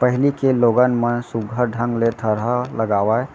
पहिली के लोगन मन सुग्घर ढंग ले थरहा लगावय,